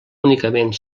únicament